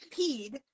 peed